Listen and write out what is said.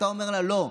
אתה אומר לה: לא.